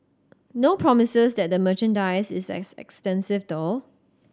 no promises that the merchandise is as extensive though